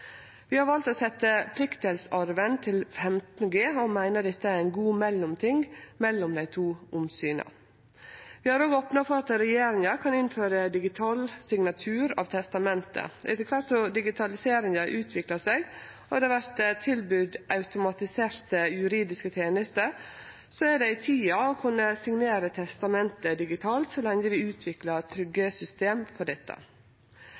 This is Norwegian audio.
Vi har valt å setje pliktdelsarven til 15 G og meiner dette er ein god mellomting mellom desse to omsyna. Vi har òg opna for at regjeringa kan innføre digital signatur av testamentet. Etter kvart som digitaliseringa utviklar seg og det vert tilbydd automatiserte juridiske tenester, så er det i tida å kunne signere testamentet digitalt så lenge vi utviklar trygge system for dette.